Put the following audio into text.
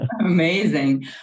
Amazing